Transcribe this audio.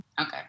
Okay